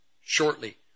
Shortly